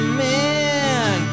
man